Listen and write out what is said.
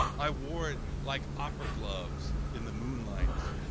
i wore it like opera gloves in the moonlight.